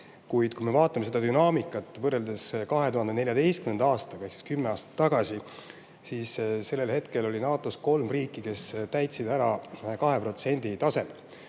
kui me vaatame seda dünaamikat võrreldes 2014. aastaga, ehk kümme aastat tagasi, siis sellel hetkel oli NATO-s kolm liikmesriiki, kes täitsid [nõude] ära 2% tasemel.